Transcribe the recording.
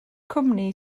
cwmni